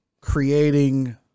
Creating